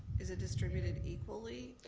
is it distributed equally